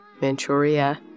Manchuria